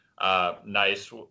nice